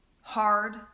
hard